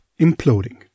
imploding